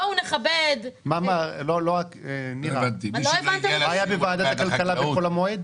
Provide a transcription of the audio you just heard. בואו נכבד --- מה היה בוועדת הכלכלה בחול המועד?